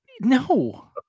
no